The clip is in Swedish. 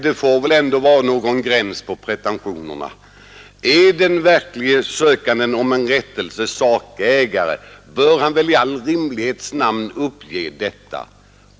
Det får väl ändå vara någon gräns på pretentionerna! Är den som söker rättelse sakägare, bör han väl i all rimlighets namn uppge detta.